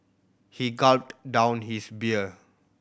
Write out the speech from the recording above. he gulped down his beer